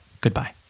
Goodbye